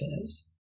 says